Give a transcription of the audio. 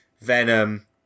Venom